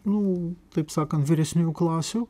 nu taip sakant vyresniųjų klasių